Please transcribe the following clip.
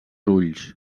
ulls